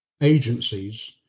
agencies